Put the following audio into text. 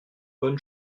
bonne